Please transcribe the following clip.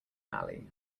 alley